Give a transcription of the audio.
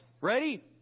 Ready